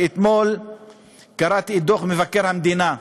שאתמול קראתי את דוח מבקר המדינה.